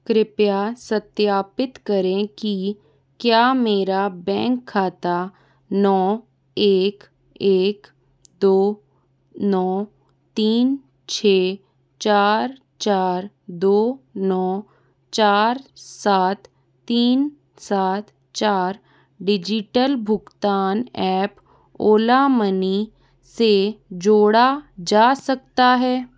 कृपया सत्यापित करें कि क्या मेरा बैंक खाता नौ एक एक दो नौ तीन छः चार चार दो नौ चार सात तीन सात चार डिजिटल भुगतान ऐप ओला मनी से जोड़ा जा सकता है